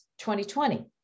2020